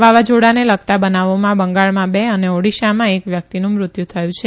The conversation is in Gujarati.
વાવાઝોડાને લગતા બનાવોમાં બંગાળમાં બે અને ઓડીશામાં એક વ્યક્તિનું મૃત્યુ થયું છે